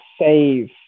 save